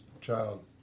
child